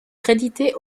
créditées